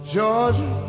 Georgia